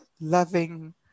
loving